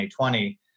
2020